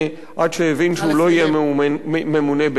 עד שהבין שהוא לא יהיה ממונה באמת,